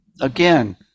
again